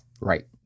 right